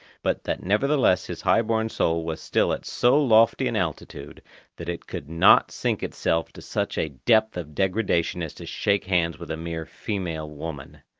but that nevertheless his high-born soul was still at so lofty an altitude that it could not sink itself to such a depth of degradation as to shake hands with a mere female woman.